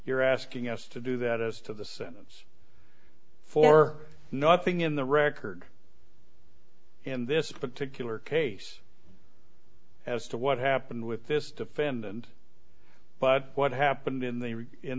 you're asking us to do that as to the sentence for nothing in the record in this particular case as to what happened with this defendant but what happened in the in